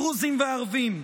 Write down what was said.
דרוזים וערבים.